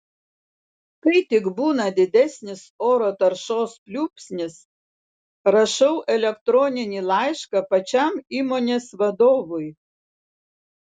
kai tik būna didesnis oro taršos pliūpsnis rašau elektroninį laišką pačiam įmonės vadovui